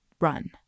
Run